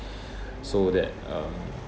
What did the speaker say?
so that um